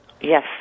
Yes